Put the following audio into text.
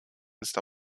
ist